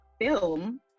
film